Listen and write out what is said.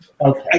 Okay